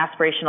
aspirational